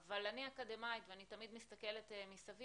אבל אני אקדמאית, אני תמיד מסתכלת מסביב.